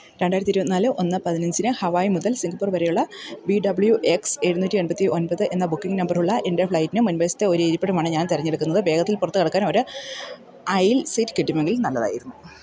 രണ്ടായിരത്തി ഇരുപത്തിനാല് ഒന്ന് പതിനഞ്ചിന് ഹവായ് മുതൽ സിംഗപ്പൂർ വരെയുള്ള വി ഡബ്ല്യു എക്സ് എഴുന്നൂറ്റി എണ്പത്തിയൊമ്പത് എന്ന ബുക്കിംഗ് നമ്പറുള്ള എൻ്റെ ഫ്ലൈറ്റിന് മുൻവശത്തെ ഒരു ഇരിപ്പിടമാണ് ഞാൻ തെരഞ്ഞെടുക്കുന്നത് വേഗത്തിൽ പുറത്തുകടക്കാൻ ഒരു ഐൽ സീറ്റ് കിട്ടുമെങ്കിൽ നല്ലതായിരുന്നു